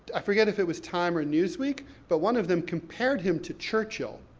i forget if it was time or newsweek, but one of them compared him to churchill.